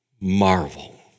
Marvel